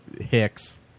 hicks